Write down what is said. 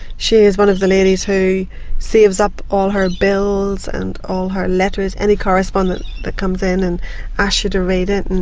she is one of the ladies who saves up all her bills and all her letters and any correspondence that comes in and asks you to read it. and